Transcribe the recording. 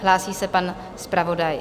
Hlásí se pan zpravodaj.